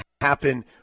happen